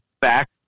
back